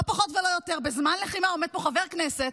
לא פחות ולא יותר, בזמן לחימה עומד פה חבר כנסת,